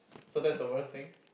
so that's the worst thing